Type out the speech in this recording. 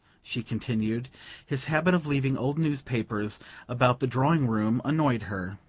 she continued his habit of leaving old newspapers about the drawing-room annoyed her.